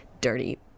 dirty